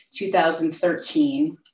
2013